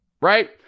right